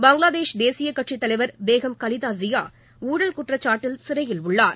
பங்களாதேஷ் தேசிய கட்சித் தலைவர் பேகம் கலிதா ஜியா ஊழல் குற்றச்சாட்டில் சிறையில் உள்ளார்